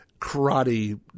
karate